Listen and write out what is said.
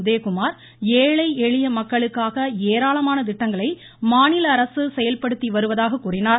உதயகுமார் ஏழை எளிய மக்களுக்காக ஏராளமான திட்டங்களை மாநிலஅரசு செயல்படுத்தி வருவதை பட்டியலிட்டார்